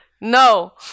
No